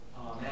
Amen